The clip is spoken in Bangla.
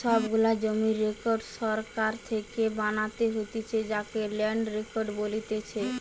সব গুলা জমির রেকর্ড সরকার থেকে বানাতে হতিছে যাকে ল্যান্ড রেকর্ড বলতিছে